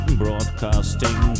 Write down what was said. broadcasting